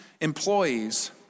employees